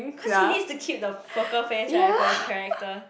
cause he needs to keep the poker face right for his character